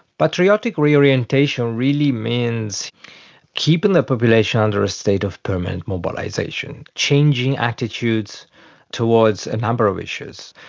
patriotic reorientation really means keeping the population under a state of permanent mobilisation. changing attitudes towards a number of issues.